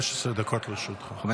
דקות לרשותך.